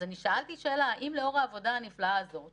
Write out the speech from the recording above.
האם את העבודה הנפלאה הזאת